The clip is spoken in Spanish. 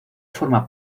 forma